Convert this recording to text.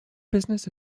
business